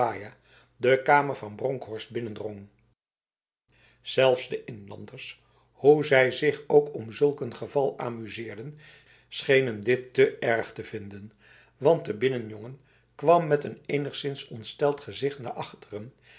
de kamer van bronkhorst binnendrong zelfs de inlanders hoe zij zich ook om zulk een geval amuseerden schenen dit te erg te vinden want de binnenjongen kwam met een enigszins ontsteld gezicht naar achteren